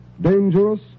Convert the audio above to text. Dangerous